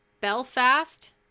Belfast